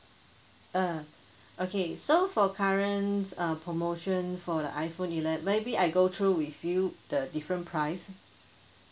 uh okay so for current uh promotion for the iphone ele~ maybe I go through with you the different price